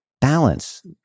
balance